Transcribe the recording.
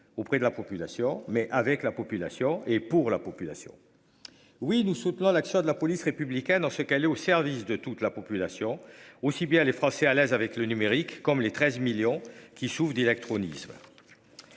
auprès de la population mais avec la population et pour la population. Oui, nous soutenons l'action de la police républicaine dans ce qu'elle est au service de toute la population aussi bien les Français à l'aise avec le numérique comme les 13 millions qui souffrent d'électronique